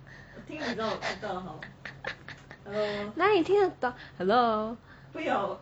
哪里听得懂 hello